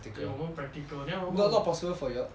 对我们 practical then 我们不